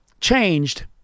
changed